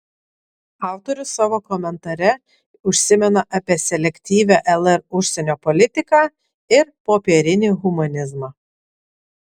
autorius savo komentare užsimena apie selektyvią lr užsienio politiką ir popierinį humanizmą